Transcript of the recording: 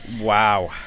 Wow